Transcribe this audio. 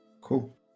cool